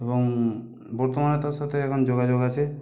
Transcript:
এবং বর্তমানে তার সাথে এখন যোগাযোগ আছে